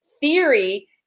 theory